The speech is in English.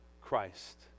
Christ